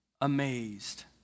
amazed